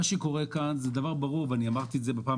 מה שקורה כאן זה דבר ברור ואני אמרתי בפעם